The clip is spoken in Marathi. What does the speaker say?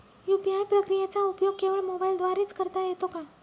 यू.पी.आय प्रक्रियेचा उपयोग केवळ मोबाईलद्वारे च करता येतो का?